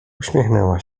uśmiechnęła